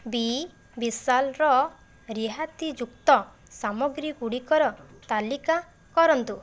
ବି ବିଶାଲର ରିହାତିଯୁକ୍ତ ସାମଗ୍ରୀ ଗୁଡ଼ିକର ତାଲିକା କରନ୍ତୁ